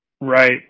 Right